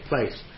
place